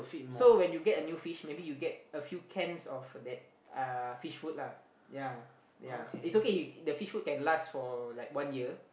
so when you get a new fish maybe you get a few cans of that uh fish food lah ya ya it's okay the fish food can last for like one year